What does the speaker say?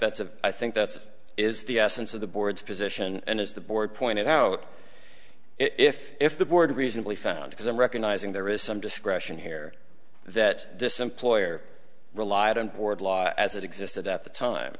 that's a i think that's is the essence of the board's position and as the board pointed out if if the board reasonably found because in recognizing there is some discretion here that this employer relied on board law as it existed at the time